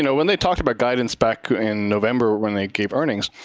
you know when they talked about guidance back in november when they gave earnings,